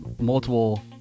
multiple